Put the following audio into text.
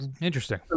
interesting